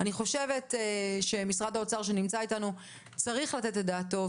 אני חושבת שמשרד האוצר שנמצא אתנו צריך לתת על כך את דעתו.